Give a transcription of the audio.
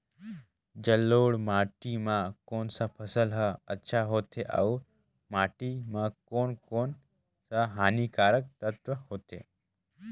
जलोढ़ माटी मां कोन सा फसल ह अच्छा होथे अउर माटी म कोन कोन स हानिकारक तत्व होथे?